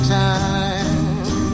time